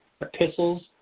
Epistles